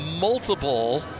multiple